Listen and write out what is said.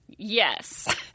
Yes